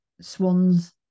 swans